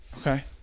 Okay